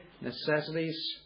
necessities